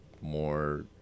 more